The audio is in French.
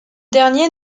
dernier